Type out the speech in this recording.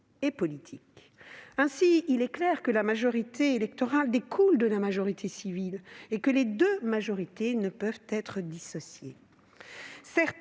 et politiques ». Ainsi, il est clair que la majorité électorale découle de la majorité civile et que les deux majorités ne peuvent être dissociées.